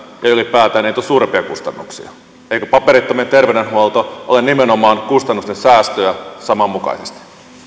ja ylipäätään ei tule suurempia kustannuksia eikö paperittomien terveydenhuolto ole nimenomaan kustannusten säästöä sananmukaisesti